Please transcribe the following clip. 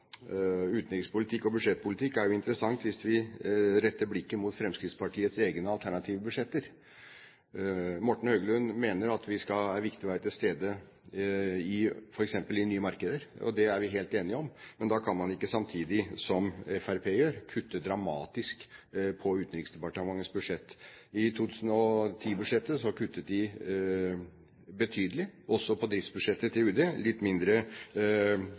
retter blikket mot Fremskrittspartiets egne alternative budsjetter. Morten Høglund mener at det er viktig å være til stede f.eks. i nye markeder. Det er vi helt enige om. Men da kan man ikke samtidig, som Fremskrittspartiet gjør, kutte dramatisk på Utenriksdepartementets budsjett. I 2010-budsjettet kuttet de betydelig, også på driftsbudsjettet til UD. De var litt mindre